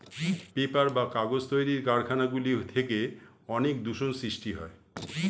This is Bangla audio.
পেপার বা কাগজ তৈরির কারখানা গুলি থেকে অনেক দূষণ সৃষ্টি হয়